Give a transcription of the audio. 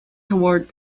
toward